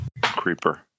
creeper